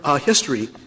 history